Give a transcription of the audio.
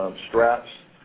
um straps.